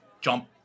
jump